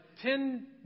ten